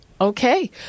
Okay